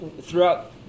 Throughout